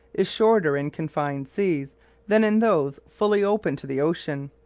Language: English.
is shorter in confined seas than in those fully open to the ocean.